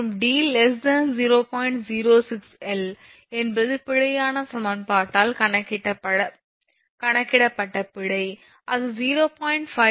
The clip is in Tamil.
06L என்பது பிழையான சமன்பாட்டால் கணக்கிடப்பட்ட பிழை அது 0